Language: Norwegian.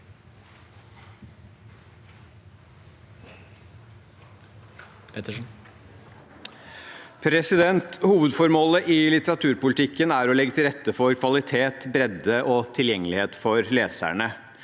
Hovedformålet i lit- teraturpolitikken er å legge til rette for kvalitet, bredde og tilgjengelighet for leserne.